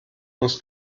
muss